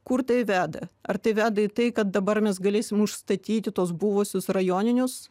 kur tai veda ar tai veda į tai kad dabar mes galėsim užstatyti tuos buvusius rajoninius